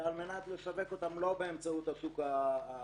על מנת לשווק אותן לא באמצעות השוק הרגיל,